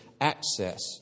access